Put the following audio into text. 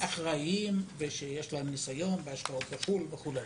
לאנשי שוק ההון אחראים ויש להם השקעות בחו"ל וכולי.